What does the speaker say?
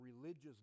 religious